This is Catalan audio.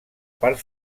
part